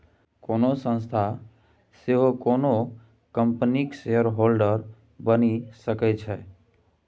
कोनो संस्था सेहो कोनो कंपनीक शेयरहोल्डर बनि सकै छै